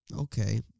Okay